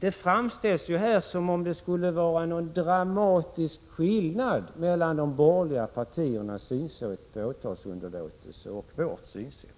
Det framställs här som om det vore en dramatisk skillnad mellan vår och de borgerliga partiernas syn på åtalsunderlåtelserna.